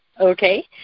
okay